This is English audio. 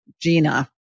Gina